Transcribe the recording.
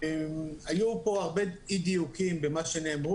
היו פה הרבה אי דיוקים במה שנאמר,